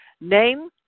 name